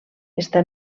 està